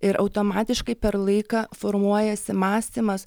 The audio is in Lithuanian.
ir automatiškai per laiką formuojasi mąstymas